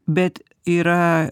bet yra